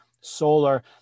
solar